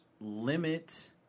limit